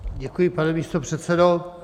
Děkuji, pane místopředsedo.